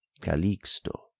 Calixto